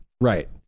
right